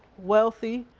wealthy,